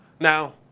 Now